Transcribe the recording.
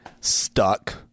stuck